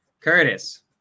curtis